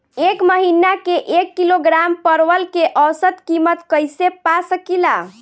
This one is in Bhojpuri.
एक महिना के एक किलोग्राम परवल के औसत किमत कइसे पा सकिला?